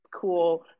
cool